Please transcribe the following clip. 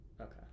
Okay